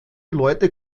leute